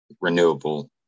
renewable